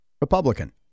Republican